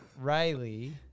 Riley